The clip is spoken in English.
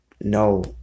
no